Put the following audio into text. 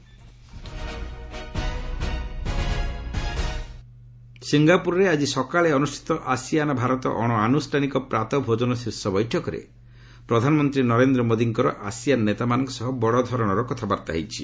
PM Singapore ସିଙ୍ଗାପ୍ରରେ ଆଜି ସକାଳେ ଅନ୍ରଷ୍ଠିତ ଆସିଆନ ଭାରତ ଅଣ ଅନୁଷ୍ଠାନିକ ପ୍ରାତଃ ଭୋଜନ ଶୀର୍ଷ ବୈଠକରେ ପ୍ରଧାନମନ୍ତ୍ରୀ ନରେନ୍ଦ୍ର ମୋଦିଙ୍କର ଆସିଆନ ନେତାମାନଙ୍କ ସହ ବଡଧରଣର କଥାବାର୍ତ୍ତା ହୋଇଛି